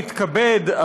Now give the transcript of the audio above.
אני מתכבד,